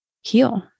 heal